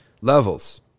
levels